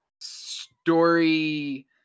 story